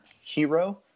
Hero